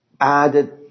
added